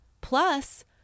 plus